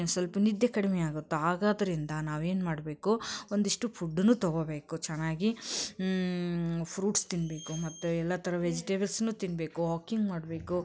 ಸ್ವಲ್ಪ ನಿದ್ದೆ ಕಡಿಮೆ ಆಗುತ್ತೆ ಆಗೋದ್ರಿಂದ ನಾವು ಏನು ಮಾಡಬೇಕು ಒಂದಿಷ್ಟು ಫುಡ್ಡನ್ನೂ ತೊಗೋಬೇಕು ಚೆನ್ನಾಗಿ ಫ್ರೂಟ್ಸ್ ತಿನ್ನಬೇಕು ಮತ್ತು ಎಲ್ಲ ಥರ ವೆಜಿಟೇಬಲ್ಸುನೂ ತಿನ್ನಬೇಕು ವಾಕಿಂಗ್ ಮಾಡಬೇಕು